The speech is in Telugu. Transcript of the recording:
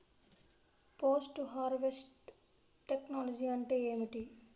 పోస్ట్ హార్వెస్ట్ టెక్నాలజీ అంటే ఏమిటి?